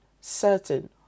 certain